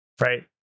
right